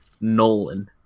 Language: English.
Nolan